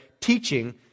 teaching